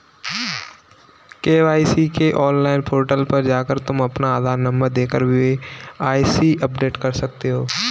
KYC के online portal पर जाकर तुम अपना आधार नंबर देकर के.वाय.सी अपडेट कर सकते हो